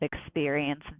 experience